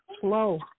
slow